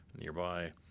nearby